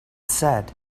said